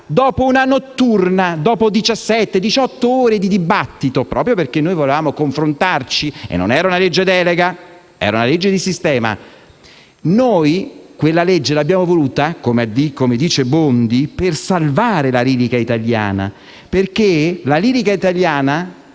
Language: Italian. dopo diciassette, diciotto ore di dibattito, proprio perché volevamo confrontarci? Non era una legge delega, ma una legge di sistema. Noi quella legge l'abbiamo voluta, come dice Bondi, per salvare la lirica italiana, perché all'epoca,